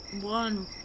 one